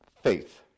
faith